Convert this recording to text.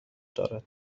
دارد